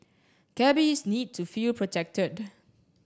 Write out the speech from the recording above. cabbies need to feel projected